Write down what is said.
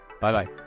Bye-bye